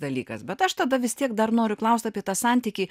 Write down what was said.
dalykas bet aš tada vis tiek dar noriu klausti apie tą santykį